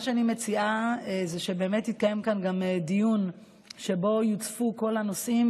מה שאני מציעה זה שבאמת יתקיים כאן גם דיון שבו יוצפו כל הנושאים.